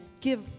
give